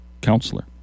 counselor